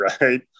right